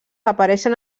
apareixen